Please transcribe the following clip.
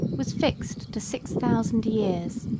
was fixed to six thousand years.